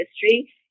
history